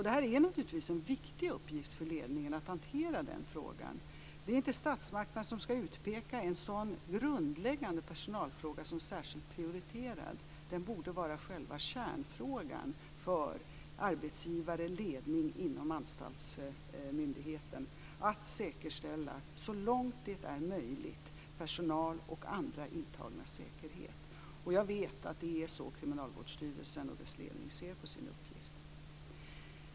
Det är naturligtvis en viktig uppgift för ledningen att hantera den frågan. Det är inte statsmakterna som ska utpeka en sådan grundläggande personalfråga som särskilt prioriterad. Den borde vara själva kärnfrågan för arbetsgivare, ledning inom anstaltsmyndigheten att säkerställa, så långt det är möjligt, personals och de intagnas säkerhet. Jag vet att det är så Kriminalvårdsstyrelsen och dess ledning ser på sin uppgift.